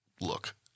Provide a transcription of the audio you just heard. look